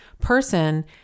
person